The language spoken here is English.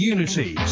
Unity